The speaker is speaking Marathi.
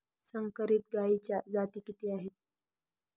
संकरित गायीच्या जाती किती आहेत?